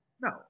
No